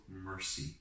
mercy